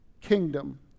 kingdom